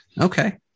Okay